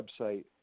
website